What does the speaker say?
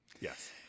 Yes